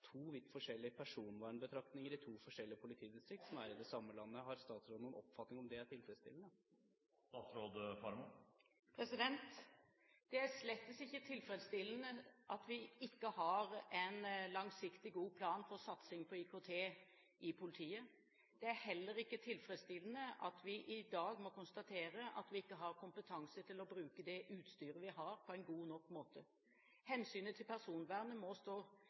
to vidt forskjellige personvernbetraktninger i to forskjellige politidistrikt som er i det samme landet? Har statsråden noen oppfatning av om det er tilfredsstillende? Det er slett ikke tilfredsstillende at vi ikke har en langsiktig, god plan for satsing på IKT i politiet. Det er heller ikke tilfredsstillende at vi i dag må konstatere at vi ikke har kompetanse til å bruke det utstyret vi har, på en god nok måte. Hensynet til personvernet må stå